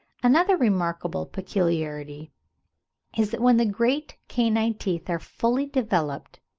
another remarkable peculiarity is that when the great canine teeth are fully developed,